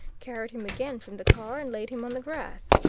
carried him again from the car and laid him on the grass.